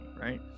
Right